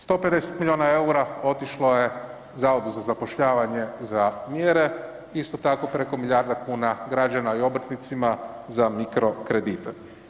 150 milijuna eura otišlo je Zavodu za zapošljavanje za mjere, isto tako, preko milijarda kuna građana i obrtnicima za mikrokredite.